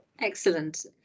Excellent